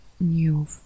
new